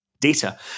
data